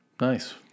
nice